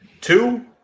Two